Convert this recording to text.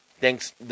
Thanks